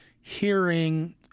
hearing